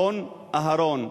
הרון, אהרן.